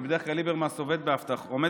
כי בדרך כלל ליברמס עומד בהבטחות,